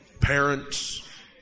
Parents